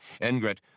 Engret